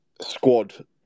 squad